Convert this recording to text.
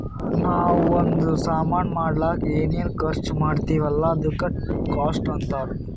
ನಾವೂ ಒಂದ್ ಸಾಮಾನ್ ಮಾಡ್ಲಕ್ ಏನೇನ್ ಖರ್ಚಾ ಮಾಡ್ತಿವಿ ಅಲ್ಲ ಅದುಕ್ಕ ಕಾಸ್ಟ್ ಅಂತಾರ್